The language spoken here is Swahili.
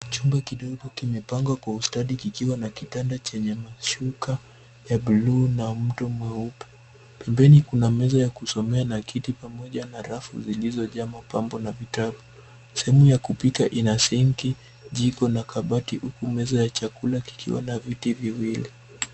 Chumba kidogo kimepangwa kwa ustadi kikiwa na kitanda chenye mashuka ya bluu na mto mweupe pembeni kuna meza ya kusomea na kiti pamoja na rafu zilizo jaa mapambo na vitabu. Sehemu ya kupika ina sink jiko na kabati huku meza ya chakula kikiwa na viti viwili.